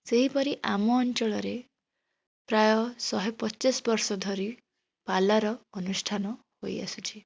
ସେହିପରି ଆମ ଅଞ୍ଚଳରେ ପ୍ରାୟ ଶହେ ପଚାଶ ବର୍ଷ ଧରି ପାଲାର ଅନୁଷ୍ଠାନ ହୋଇଆସୁଛି